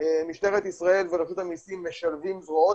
משטרת ישראל ורשות המסים משלבים זרועות